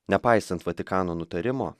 nepaisant vatikano nutarimo